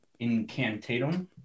Incantatum